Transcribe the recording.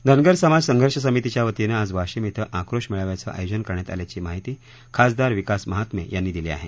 धनगर समाज संघर्ष समितीच्यावतीनं आज वाशिम इथं आक्रोश मळव्याचं आयोजन करण्यात आल्याची माहिती खासदार विकास महात्मे यांनी दिली आहे